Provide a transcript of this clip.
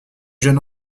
jeune